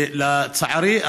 ולצערי,